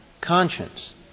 conscience